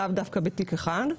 לאו דווקא בתיק אחד.